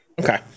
Okay